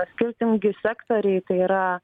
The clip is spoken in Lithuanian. skirtingi sektoriai tai yra